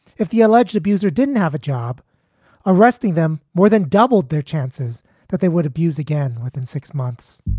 if the alleged abuser didn't have a job arresting them, more than doubled their chances that they would abuse again within six months